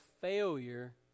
failure